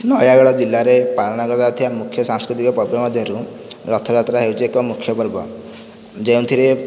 ନୟାଗଡ଼ ଜିଲ୍ଲାରେ ପାଳନ କରାଯାଉଥିବା ମୁଖ୍ୟ ସାଂସ୍କୃତିକ ପର୍ବ ମଧ୍ୟରୁ ରଥଯାତ୍ରା ହେଉଛି ଏକ ମୁଖ୍ୟ ପର୍ବ ଯେଉଁଥିରେ